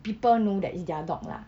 people know that it's their dog lah